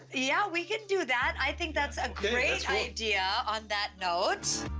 yeah we can do that, i think that's a great idea, on that note.